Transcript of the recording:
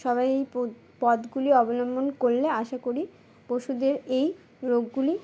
সবাই এই প পদগুলি অবলম্বন করলে আশা করি পশুদের এই রোগগুলি